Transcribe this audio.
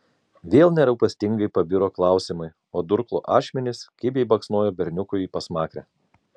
vėl nerūpestingai pabiro klausimai o durklo ašmenys kibiai baksnojo berniukui į pasmakrę